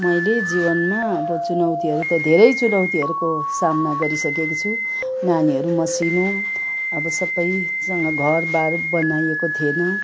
मैले जीवनमा अब चुनौतीहरू त धेरै चुनौतीहरूको सामना गरिसकेको छु नानीहरू मसिनो अब सबैसँग घरबार बनाइएको थिएन